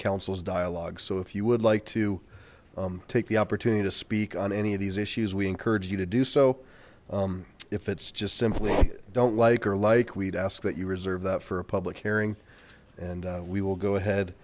councils dialogue so if you would like to take the opportunity to speak on any of these issues we encourage you to do so if it's just simply don't like or like we'd ask that you reserve that for a public hearing and we will go ahead